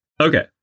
Okay